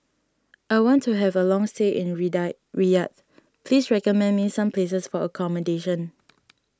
I want to have a long stay in Riyadh please recommend me some places for accommodation